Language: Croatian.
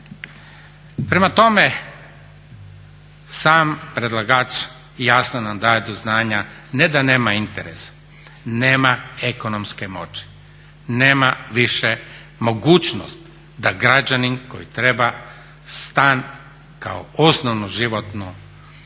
Prema tome, sam predlagač jasno nam daje do znanja ne da nema interesa, nema ekonomske moći, nema više mogućnost da građanin koji treba stan kao osnovnu životnu